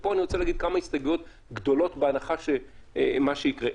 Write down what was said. ופה אני רוצה להגיד כמה הסתייגויות גדולות בהנחה שמשהו יקרה.